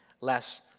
less